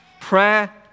Prayer